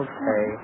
Okay